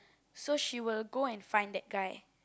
so she will go and find that guy